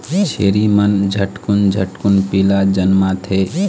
छेरी मन झटकुन झटकुन पीला जनमाथे